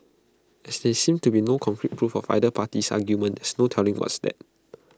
as there seems to be no concrete proof of either party's argument there's no telling what's that